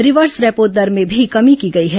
reverse repo दर में भी कमी की गई है